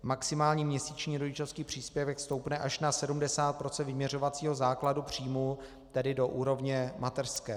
Maximální měsíční rodičovský příspěvek stoupne až na 70 % vyměřovacího základu příjmu, tedy do úrovně mateřské.